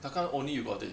how come only you got it